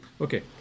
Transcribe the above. okay